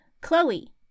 Chloe